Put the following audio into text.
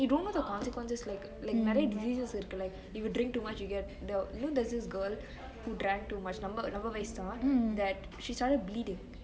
and you don't know the consequences like like carrying diseases it'll be like if you drink too much you know there was this girl that drank too much that she started bleeding